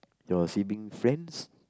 your siblings friends